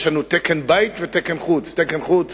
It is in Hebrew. יש לנו תקן-בית ותקן-חוץ, תקן-חוץ